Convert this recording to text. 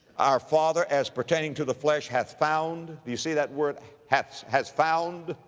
our father, as pertaining to the flesh hath found, do you see that word has, has found?